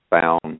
found